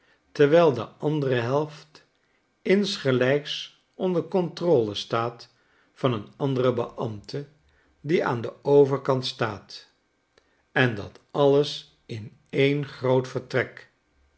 terwijl de andere helft insgelijks onder controle staat van een anderen beambte die aan den overkant staat en dat alles in een groot vertrek